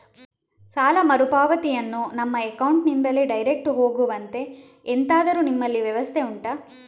ಸಾಲ ಮರುಪಾವತಿಯನ್ನು ನಮ್ಮ ಅಕೌಂಟ್ ನಿಂದಲೇ ಡೈರೆಕ್ಟ್ ಹೋಗುವಂತೆ ಎಂತಾದರು ನಿಮ್ಮಲ್ಲಿ ವ್ಯವಸ್ಥೆ ಉಂಟಾ